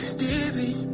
Stevie